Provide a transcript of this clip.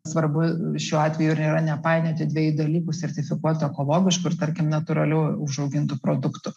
svarbu šiuo atveju ir yra nepainioti dviejų dalykų sertifikuotų ekologiškų ir tarkim natūralių užaugintų produktų